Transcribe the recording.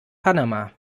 panama